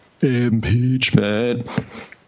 impeachment